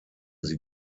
sie